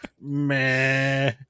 meh